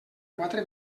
quatre